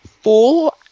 four